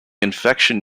infection